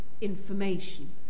information